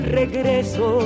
regreso